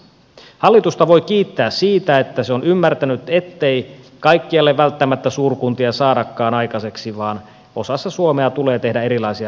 hallitusta voi kiittää siitä että se on ymmärtänyt ettei kaikkialle välttämättä suurkuntia saadakaan aikaiseksi vaan osassa suomea tulee tehdä erilaisia ratkaisuja